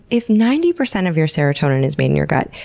if ninety percent of your serotonin is made in your gut,